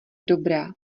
dobrá